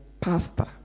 pastor